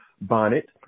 bonnet